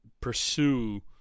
pursue